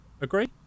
agree